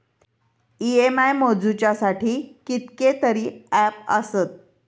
EMI मोजुच्यासाठी कितकेतरी app आसत